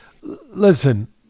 Listen